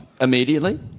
immediately